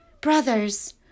brothers